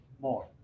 more